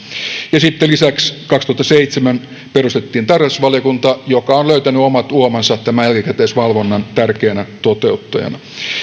ja sitten lisäksi vuonna kaksituhattaseitsemän perustettiin tarkastusvaliokunta joka on löytänyt omat uomansa tämän jälkikäteisvalvonnan tärkeänä toteuttajana